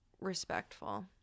respectful